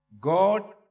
God